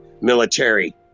military